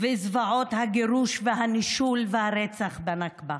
וזוועות הגירוש והנישול והרצח בנכבה.